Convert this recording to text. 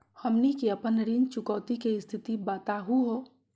हमनी के अपन ऋण चुकौती के स्थिति बताहु हो?